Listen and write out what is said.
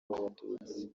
abatutsi